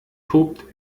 tobt